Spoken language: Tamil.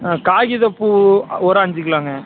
ஆ காகிதப்பூ ஒ ஒரு அஞ்சு கிலோங்க